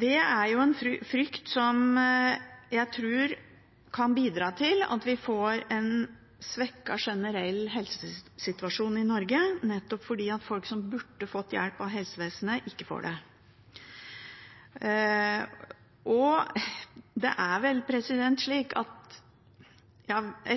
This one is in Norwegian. Det er en frykt som jeg tror kan bidra til at vi får en svekket generell helsesituasjon i Norge, nettopp fordi folk som burde fått hjelp av helsevesenet, ikke får det.